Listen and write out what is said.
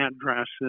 addresses